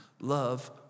love